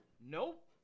nope